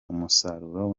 umusaruro